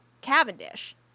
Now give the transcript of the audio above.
Cavendish